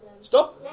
Stop